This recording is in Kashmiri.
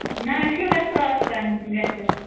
نَہ شُراہ ساس تام گَژھِ